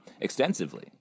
extensively